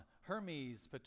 Hermes